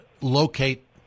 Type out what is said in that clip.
Locate